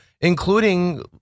including